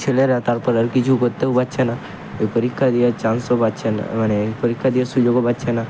ছেলেরা তারপর আর কিছু করতেও পারছে না পরীক্ষা দেওয়ার চান্সও পাচ্ছে না মানে এই পরীক্ষা দেওয়ার সুযোগও পাচ্ছে না